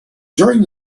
during